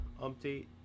update